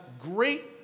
great